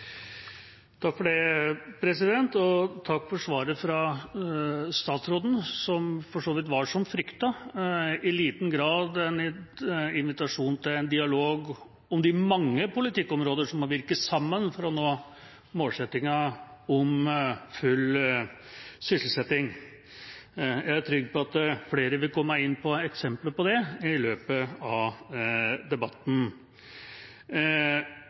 for svaret fra statsråden, som for så vidt var som fryktet og i liten grad en invitasjon til dialog om de mange politikkområder som må virke sammen for å nå målsettingen om full sysselsetting. Jeg er trygg på at flere vil komme inn på eksempler på det i løpet av debatten.